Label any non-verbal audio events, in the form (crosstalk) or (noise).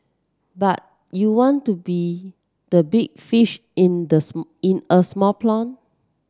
but you want to be the big fish in the (unintelligible) in a small pond